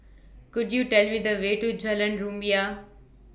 Could YOU Tell Me The Way to Jalan Rumia